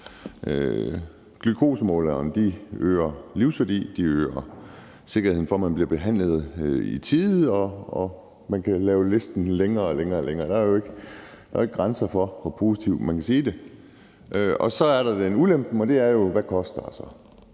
Glukosemålere øger livsværdi, de øger sikkerheden for, at man bliver behandlet i tide, og listen kan laves længere og længere. Der er jo ikke grænser for, hvor positivt man kan sige det. Så er der ulempen, og det er jo, hvad det så